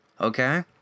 Okay